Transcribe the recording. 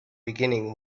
beginning